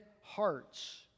hearts